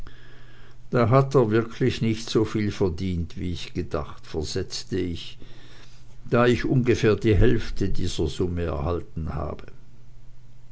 dann hat er wirklich nicht so viel verdient wie ich gedacht versetzte ich da ich ungefähr die hälfte dieser summe erhalten habe